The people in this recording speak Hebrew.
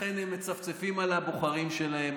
לכן הם מצפצפים על הבוחרים שלהם.